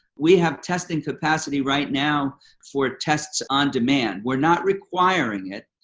we have testing capacity right now for tests on demand. we are not requiring it,